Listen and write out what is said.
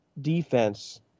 defense